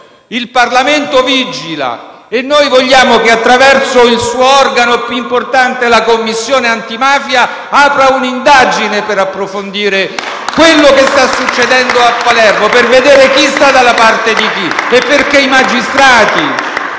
Il Parlamento vigila e noi vogliamo che attraverso il suo organo più importante, la Commissione antimafia, apra un'indagine per approfondire quello che sta succedendo a Palermo. *(Applausi dal Gruppo M5S)*. Per vedere chi sta dalla parte di chi e perché i magistrati,